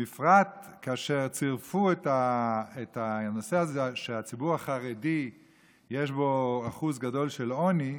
בפרט כאשר צירפו את הנושא הזה שבציבור החרדי יש אחוז גדול של עוני,